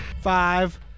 Five